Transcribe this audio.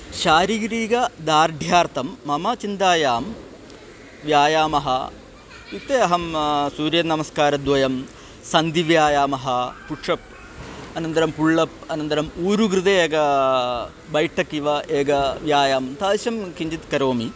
शारीरीकदार्ढ्यार्थं मम चिन्तायां व्यायामः इत्युक्ते अहं सूर्यनमस्कारद्वयं सन्धिव्यायामः पुष्पम् अनन्तरं पुळ् अप् अनन्तरम् ऊरुकृते एकः बैटक् इव एकः व्यायामं तादृशं किञ्चित् करोमि